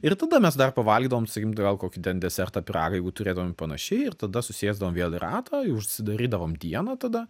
ir tada mes dar pavalgydavom sakykim ten gal kokį desertą pyragą jeigu turėdavom panašiai ir tada susėsdavom vėl į ratą ir užsidarydavom dieną tada